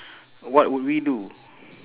what would we do